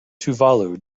tuvalu